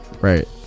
Right